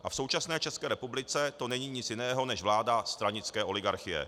A v současné České republice to není nic jiného než vláda stranické oligarchie.